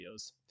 videos